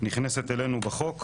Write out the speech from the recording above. נכנסת אלינו בחוק,